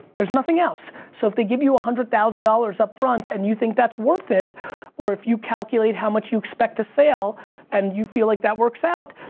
there's nothing else. so if they give you one ah hundred thousand dollars up front and you think that's worth it or if you calculate how much you expect to sale and you feel like that works out,